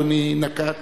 אדוני נקט.